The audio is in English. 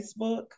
Facebook